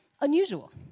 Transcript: unusual